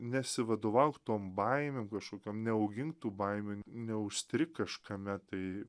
nesivadovauk tom baimėm kažkokiom neaugink tų baimių neužstrik kažkame tai